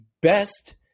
best